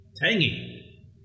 Tangy